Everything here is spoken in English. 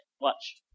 Watch